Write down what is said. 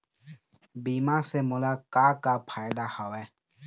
बीमा से मोला का का फायदा हवए?